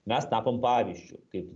mes tapom pavyzdžiu kaip